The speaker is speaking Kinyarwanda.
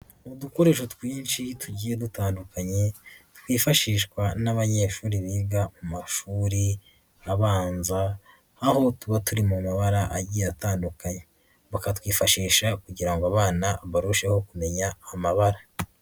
Udukoresho twinshi tugiye dutandukanye, twifashishwa n'abanyeshuri biga mu mashuri abanza, aho tuba turi mu mabara agiye atandukanye, bakatwifashisha kugira ngo abana barusheho kumenya amabara.